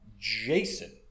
jason